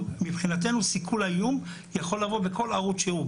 מבחינתנו סיכול האיום יכול לבוא בכל ערוץ שהוא.